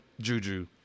Juju